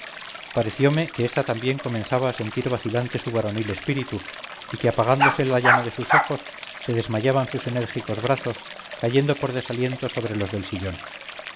pareciome que esta también comenzaba a sentir vacilante su varonil espíritu y que apagándose la llama de sus ojos se desmayaban sus enérgicos brazos cayendo con desaliento sobre los del sillón